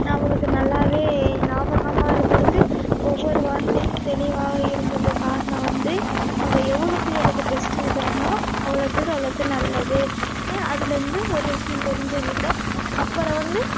நம்மளுக்கு நல்லாவே ஞாபகமாக இருந்திருக்கு ஒவ்வொரு வாட்டியும் தெளிவாக இருந்ததுக்கு காரணம் வந்து நம்ம எவ்வளோத்துக்கு எவ்வளோத்து டெஸ்ட் எழுதுறோமோ அவ்வளோத்துக்கு அவ்வளோத்து நல்லதுனு அதிலிருந்து ஒரு விஷயம் தெரிஞ்சுக்கிட்டோம் அப்புறம் வந்து